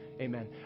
Amen